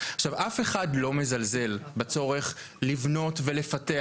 אף אחד לא מזלזל בצורך לבנות ולפתח.